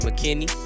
McKinney